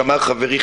שאמר חברי,